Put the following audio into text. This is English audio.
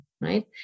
Right